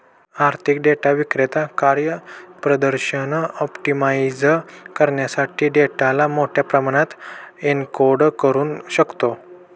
आर्थिक डेटा विक्रेता कार्यप्रदर्शन ऑप्टिमाइझ करण्यासाठी डेटाला मोठ्या प्रमाणात एन्कोड करू शकतो